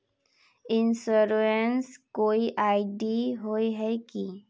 Insurance कोई ID होय है की?